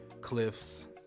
cliffs